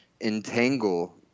entangle